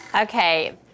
Okay